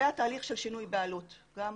והתהליך של שינוי בעלות שגם